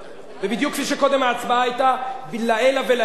ובדיוק כפי שקודם ההצבעה היתה לעילא ולעילא.